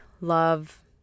love